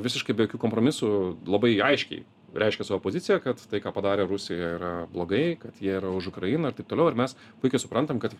visiškai be jokių kompromisų labai aiškiai reiškia savo poziciją kad tai ką padarė rusija yra blogai kad jie yra už ukrainą ir taip toliau ir mes puikiai suprantam kad